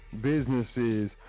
businesses